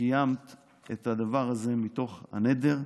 שקיימת את הדבר הזה מתוך הנדר.